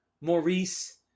Maurice